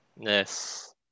Yes